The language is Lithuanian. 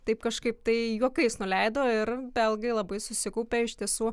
taip kažkaip tai juokais nuleido ir belgai labai susikaupė iš tiesų